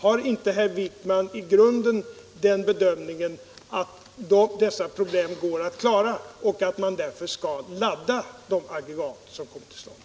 Har inte herr Wijkman i grunden den bedömningen att säkerhetsproblemen går att klara och att man därför skall ladda de aggregat som kommer till utförande?